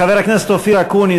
חבר הכנסת אופיר אקוניס,